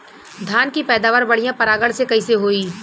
धान की पैदावार बढ़िया परागण से कईसे होई?